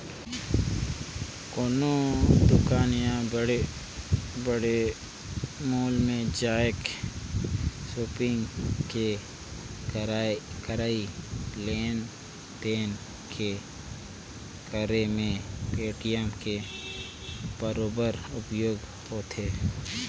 कोनो दुकान या बड़े बड़े मॉल में जायके सापिग के करई लेन देन के करे मे पेटीएम के बरोबर उपयोग होथे